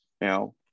Now